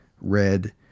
red